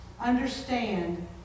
understand